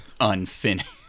unfinished